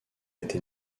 été